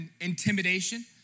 intimidation